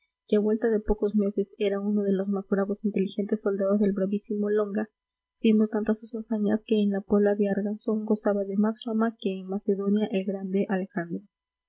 a vuelta de pocos meses era uno de los más bravos e inteligentes soldados del bravísimo longa siendo tantas sus hazañas que en la puebla de arganzón gozaba de más fama que en macedonia el grande alejandro